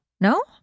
no